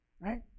right